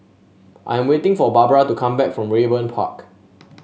I am waiting for Barbra to come back from Raeburn Park